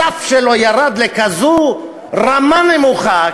הסף שלו ירד לכזאת רמה נמוכה,